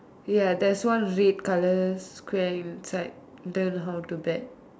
ya there' one red colour square inside learn how to bet